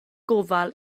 gofal